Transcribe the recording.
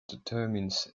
determines